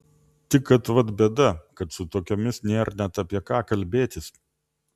tik kad vat bėda kad su tokiomis nėr net apie ką kalbėtis